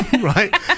right